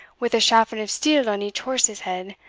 with a chafron of steel on each horse's head,